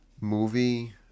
movie